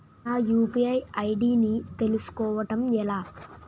నా UPI ID ని తెలుసుకోవడం ఎలా?